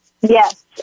yes